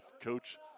coach